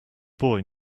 boy